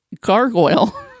Gargoyle